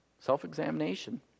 Self-examination